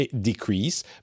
decrease